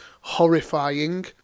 horrifying